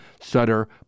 Sutter